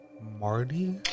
Marty